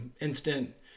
instant